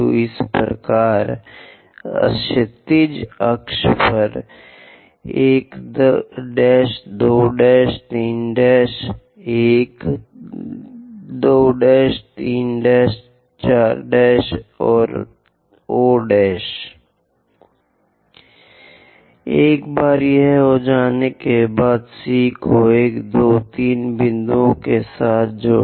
इसी प्रकार क्षैतिज अक्ष पर 1 2 3 1 2 3 4 और O एक बार यह हो जाने के बाद C को 1 2 3 बिंदुओं के साथ जोड़ दें